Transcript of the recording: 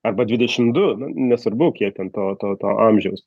arba dvidešimt du nu nesvarbu kiek ten to to to amžiaus